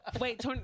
Wait